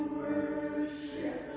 worship